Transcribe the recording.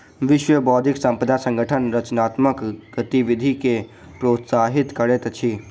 विश्व बौद्धिक संपदा संगठन रचनात्मक गतिविधि के प्रोत्साहित करैत अछि